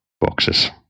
boxes